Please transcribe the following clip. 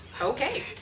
Okay